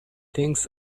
things